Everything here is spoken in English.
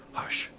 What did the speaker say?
hush!